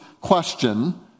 question